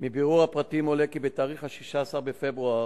מבירור הפרטים עולה כי בתאריך 16 בפברואר